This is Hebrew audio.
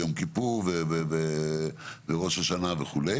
בחנוכה אז זה יום שלישי השני של חודש